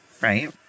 right